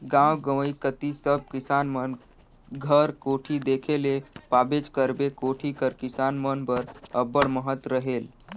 गाव गंवई कती सब किसान मन घर कोठी देखे ले पाबेच करबे, कोठी कर किसान मन बर अब्बड़ महत रहेल